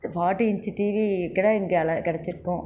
forty inch TV கெடைச்சிருக்கும்